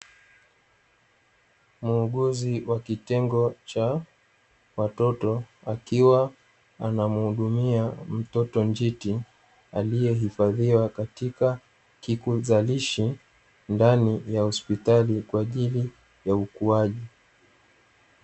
Muuguzi wa kitengo cha watoto akiwa anamuhudumia mtoto njiti, aliyehifadhiwa katika kikuzalishi ndani ya hospitali kwa ajili ya ukuaji.